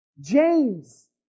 James